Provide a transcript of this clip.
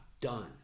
done